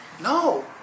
No